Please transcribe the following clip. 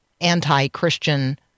anti-Christian